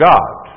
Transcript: God